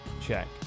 check